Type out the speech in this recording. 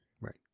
right